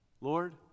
Lord